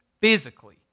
Physically